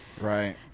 right